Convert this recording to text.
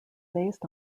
based